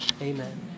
Amen